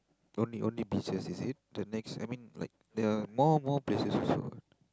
only only beaches is it the next I mean like there are more more places also what